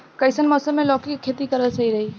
कइसन मौसम मे लौकी के खेती करल सही रही?